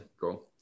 Cool